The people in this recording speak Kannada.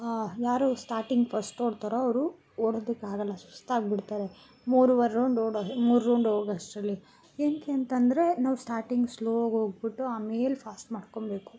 ಆಂ ಯಾರು ಸ್ಟಾಟಿಂಗ್ ಫಸ್ಟ್ ಓಡ್ತಾರೋ ಅವರು ಓಡೋದುಕಾಗಲ್ಲ ಸುಸ್ತಾಗಿಬಿಡ್ತಾರೆ ಮೂರುವರೆ ರೌಂಡ್ ಓಡೋ ಮೂರು ರೌಂಡ್ ಹೋಗೊ ಅಷ್ಟರಲ್ಲಿ ಏನಕ್ಕೆ ಅಂತಂದರೆ ನಾವು ಸ್ಟಾರ್ಟಿಂಗ್ ಸ್ಲೋ ಆಗ್ ಹೋಗ್ಬುಟ್ಟು ಆಮೇಲೆ ಫಾಸ್ಟ್ ಮಾಡಿಕೊಂಬೇಕು